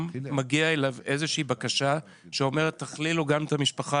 מגיעה אליו איזושהי בקשה שאומרת תכללו גם את המשפחה